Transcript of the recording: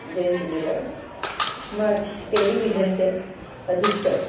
जय झूलेलाल मां टेलीविजन ते अधिकतर